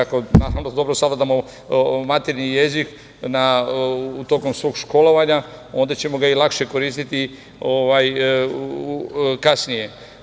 Ako dobro savladamo maternji jezik tokom svog školovanja, onda ćemo ga i lakše koristiti kasnije.